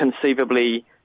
conceivably